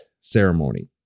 ceremony